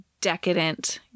decadent